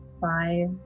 Five